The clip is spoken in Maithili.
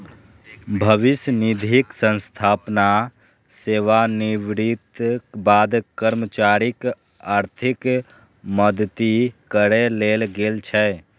भविष्य निधिक स्थापना सेवानिवृत्तिक बाद कर्मचारीक आर्थिक मदति करै लेल गेल छै